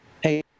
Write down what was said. hey